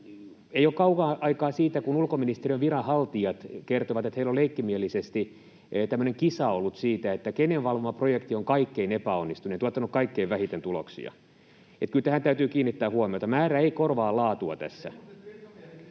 Ei ole kauan aikaa siitä, kun ulkoministeriön viranhaltijat kertoivat, että heillä on leikkimielisesti tämmöinen kisa ollut siitä, kenen valvoma projekti on kaikkein epäonnistunein, tuottanut kaikkein vähiten tuloksia. Kyllä tähän täytyy kiinnittää huomiota. Määrä ei korvaa laatua tässä.